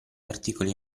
articoli